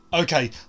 okay